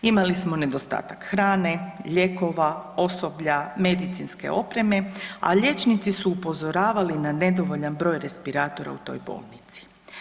Imali smo nedostatak hrane, lijekova, osoblja, medicinske opreme, a liječnici su upozoravali na nedovoljan broj respiratora u toj bolnici.